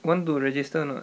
want to register or not